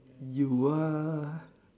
you are